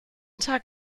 tag